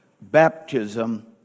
baptism